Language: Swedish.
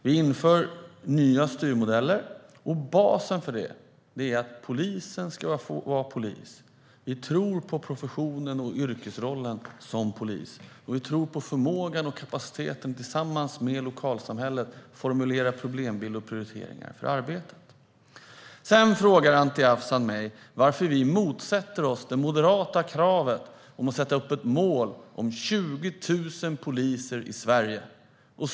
Vi inför nya styrmodeller, och basen för det är att polisen ska få vara polis. Vi tror på polisens profession och yrkesroll, och vi tror på förmågan och kapaciteten att tillsammans med lokalsamhället formulera problembild och prioriteringar för arbetet. Sedan frågar Anti Avsan varför vi motsätter oss det moderata kravet om att sätta upp ett mål om 20 000 poliser i Sverige.